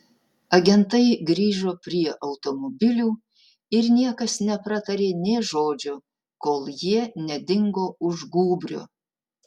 agentai grįžo prie automobilių ir niekas nepratarė nė žodžio kol jie nedingo už gūbrio